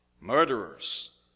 murderers